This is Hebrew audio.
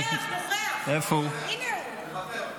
מוותר.